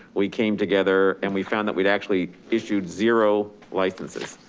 we came together and we found that we'd actually issued zero licenses,